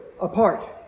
apart